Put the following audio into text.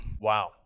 Wow